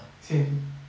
same